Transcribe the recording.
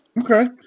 okay